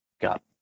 got